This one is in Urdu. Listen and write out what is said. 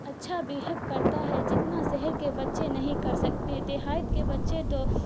اچھا بہیو کرتا ہے جتنا شہر کے بچے نہیں کر سکتے دہیات کے بچے تو